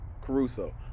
Caruso